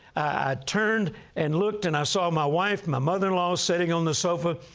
i turned and looked, and i saw my wife, my mother-in-law sitting on the sofa.